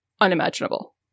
unimaginable